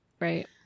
Right